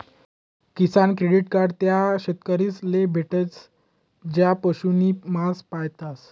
किसान credit card त्या शेतकरीस ले भेटस ज्या पशु नी मासा पायतस